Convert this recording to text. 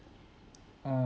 mm